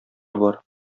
бар